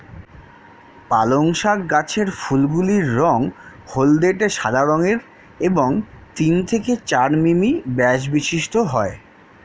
পালং শাক গাছের ফুলগুলি রঙ হলদেটে সাদা রঙের এবং তিন থেকে চার মিমি ব্যাস বিশিষ্ট হয়